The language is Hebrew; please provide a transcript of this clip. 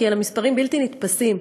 כי אלה מספרים בלתי נתפסים,